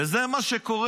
וזה מה שקורה.